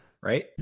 right